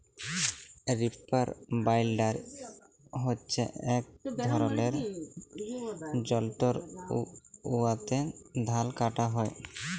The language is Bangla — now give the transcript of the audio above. রিপার বাইলডার হছে ইক ধরলের যল্তর উয়াতে ধাল কাটা হ্যয়